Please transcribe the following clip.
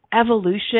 evolution